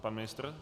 Pan ministr?